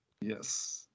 Yes